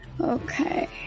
Okay